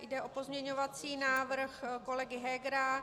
Jde o pozměňovací návrh kolegy Hegera.